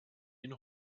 ihn